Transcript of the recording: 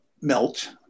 melt